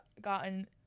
gotten